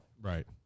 right